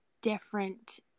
different